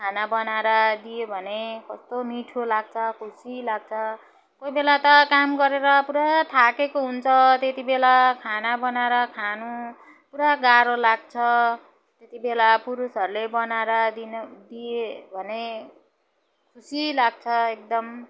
खाना बनाएर दियो भने कस्तो मिठो लाग्छ खुसी लाग्छ कोही बेला त काम गरेर पुरा थाकेको हुन्छ त्यति बेला खाना बनाएर खानु पुरा गाह्रो लाग्छ त्यति बेला पुरुषहरूले बनाएर दिन दिए भने खुसी लाग्छ एकदम